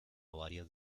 varias